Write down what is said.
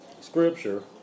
Scripture